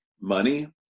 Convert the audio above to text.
money